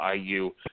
IU